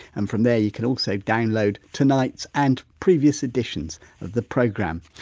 and from there you can also download tonight's and previous editions of the programme.